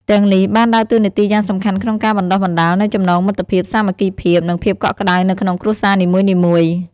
ទាំងនេះបានដើរតួនាទីយ៉ាងសំខាន់ក្នុងការបណ្ដុះបណ្ដាលនូវចំណងមិត្តភាព សាមគ្គីភាព និងភាពកក់ក្ដៅនៅក្នុងគ្រួសារនីមួយៗ ។